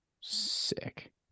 Sick